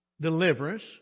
deliverance